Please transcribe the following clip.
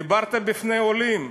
דיברת בפני עולים.